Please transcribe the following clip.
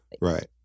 Right